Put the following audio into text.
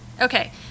Okay